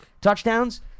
touchdowns